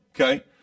Okay